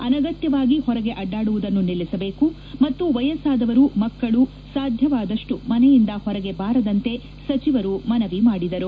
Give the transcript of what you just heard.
ಅನಗತ್ತವಾಗಿ ಹೊರಗೆ ಅಡ್ಡಾಡುವುದನ್ನು ನಿಲ್ಲಿಸಬೇಕು ಮತ್ತು ವಯಸ್ಲಾದವರುಮಕ್ಕಳು ಸಾಧ್ಯವಾದಷ್ಟು ಮನೆಯಿಂದ ಹೊರಗೆ ಬಾರದಂತೆ ಸಚಿವರು ಮನವಿ ಮಾಡಿದರು